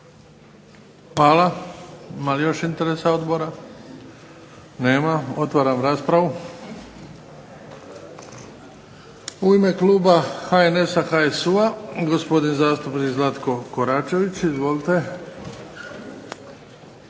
Hvala. Ima li još interesa odbora? Nema. Otvaram raspravu. U ime kluba HNS-a, HSU-a gospodin zastupnik Zlatko Koračević. Izvolite.